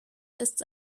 ist